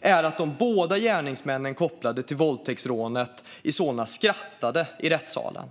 är att de båda gärningsmännen kopplade till våldtäktsrånet i Solna skrattade i rättssalen.